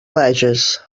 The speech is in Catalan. bages